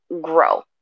grow